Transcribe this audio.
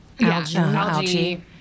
Algae